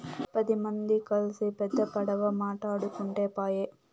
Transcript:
పది మంది కల్సి పెద్ద పడవ మాటాడుకుంటే పాయె